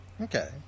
Okay